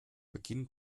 beginnen